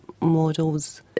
models